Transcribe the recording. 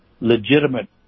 legitimate